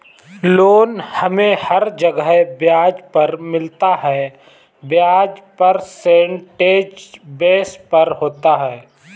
loan हमे हर जगह ब्याज पर मिलता है ब्याज परसेंटेज बेस पर होता है